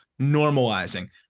normalizing